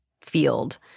field